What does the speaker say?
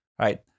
Right